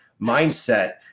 mindset